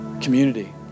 community